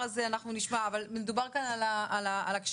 אנחנו נשמע אבל מדובר כאן על הקשישים,